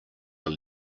are